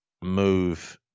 move